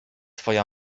twoja